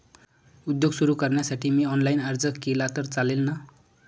उद्योग सुरु करण्यासाठी मी ऑनलाईन अर्ज केला तर चालेल ना?